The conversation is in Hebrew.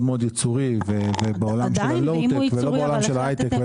מאוד ייצורי והוא בעולם של הלאו-טק ולא בעולם של ההיטק.